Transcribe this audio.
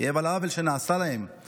כאב על עוול שנעשה להן,